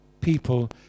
people